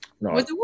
No